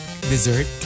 dessert